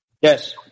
yes